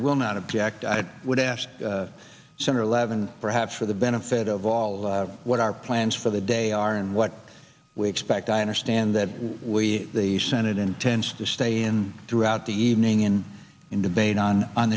i will not object i would ask center eleven perhaps for the benefit of all of what our plans for the day are and what we expect i understand that we the senate intends to stay in throughout the evening and in debate on on